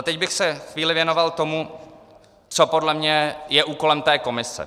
Teď bych se chvíli věnoval tomu, co podle mě je úkolem té komise.